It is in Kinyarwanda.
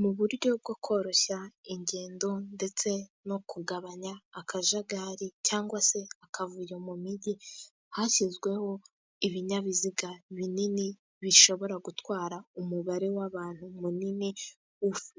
Mu buryo bwo koroshya ingendo ndetse no kugabanya akajagari, cyangwa se akavuyo mu mijyi, hashyizweho ibinyabiziga binini bishobora gutwara umubare w'abantu munini.